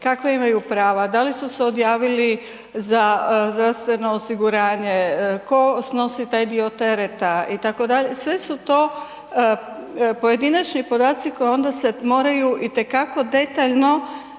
kakva imaju prava, da li su se odjavili za zdravstveno osiguranje, tko snosi taj dio tereta itd. sve su to pojedinačni podaci koji se onda moraju itekako detaljno